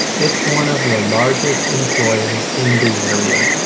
it's one of the largest employers in the area.